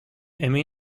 emmy